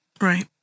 Right